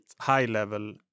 high-level